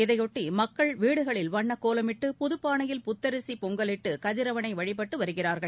இதைபொட்டி மக்கள் வீடுகளில் வண்ணக் கோலமிட்டு புதப்பானையில் புத்தரிசி பொங்கலிட்டு கதிரவனை வழிபட்டு வருகிறார்கள்